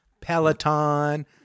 Peloton